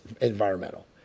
environmental